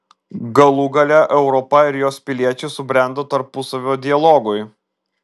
galų gale europa ir jos piliečiai subrendo tarpusavio dialogui